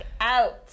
out